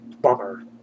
bummer